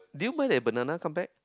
do you mind that banana come back